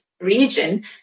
region